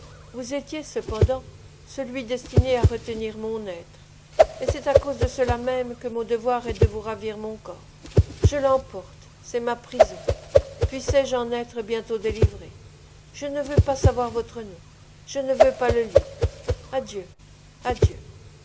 vous étiez cependant celui destiné à retenir mon être et c'est à cause de cela même que mon devoir est de vous ravir mon corps je l'emporte c'est ma prison puissé-je en être bientôt délivrée je ne veux pas savoir votre nom je ne veux pas le lire adieu adieu